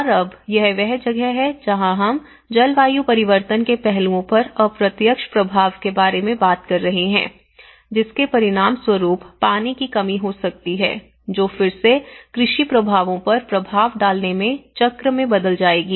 और अब यह वह जगह है जहां हम जलवायु परिवर्तन के पहलुओं पर अप्रत्यक्ष प्रभाव के बारे में बात कर रहे हैं जिसके परिणामस्वरूप पानी की कमी हो सकती है जो फिर से कृषि प्रभावों पर प्रभाव डालने के चक्र में बदल जाएगी